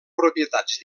propietats